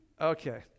Okay